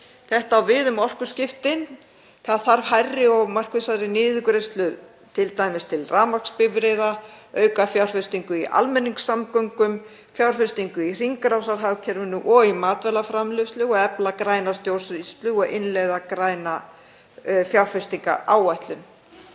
Þetta á við um orkuskiptin. Það þarf hærri og markvissari niðurgreiðslu, t.d. til rafmagnsbifreiða, aukafjárfestingu í almenningssamgöngum, fjárfestingu í hringrásarhagkerfi og í matvælaframleiðslu og efla græna stjórnsýslu og innleiða græna fjárfestingaráætlun.